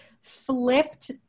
flipped